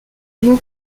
mot